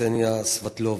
קסניה סבטלובה,